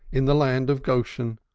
in the land of goshen,